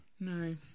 No